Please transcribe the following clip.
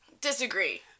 Disagree